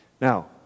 Now